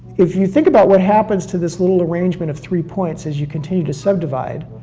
if you think about what happens to this little arrangement of three points, as you continue to subdivide,